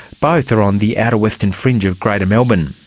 both are on the outer western fringe of greater melbourne.